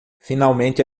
finalmente